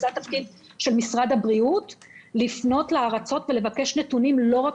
כי התפקיד של משרד הבריאות הוא לפנות לארצות ולבקש נתונים לא רק